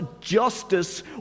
justice